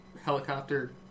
helicopter